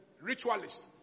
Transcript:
ritualist